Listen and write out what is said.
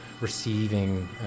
receiving